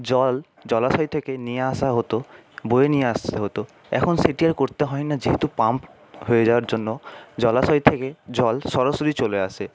জল জলাশয় থেকে নিয়ে আসা হতো বয়ে নিয়ে আসতে হতো এখন সেটি আর করতে হয় না যেহেতু পাম্প হয়ে যাওয়ার জন্য জলাশয় থেকে জল সরাসরি চলে আসে